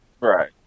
right